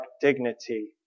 dignity